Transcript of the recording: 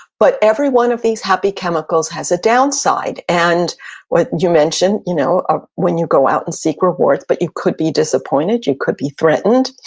but every one of these happy chemicals has a downside. and what you mentioned, you know ah when you go out and seek rewards, but you could be disappointed, you could be threatened.